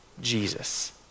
Jesus